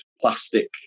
plastic